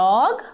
Dog